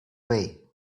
way